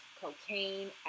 cocaine